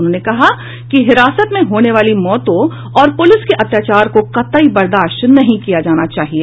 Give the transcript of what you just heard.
उन्होंने कहा कि हिरासत में होने वाली मौतों और पुलिस के अत्याचार को कतई बर्दाश्त नहीं किया जाना चाहिए